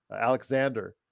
Alexander